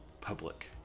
public